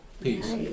Peace